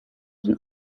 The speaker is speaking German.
den